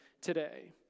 today